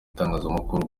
itangazamakuru